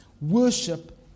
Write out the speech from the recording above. worship